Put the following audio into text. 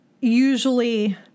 usually